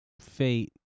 Fate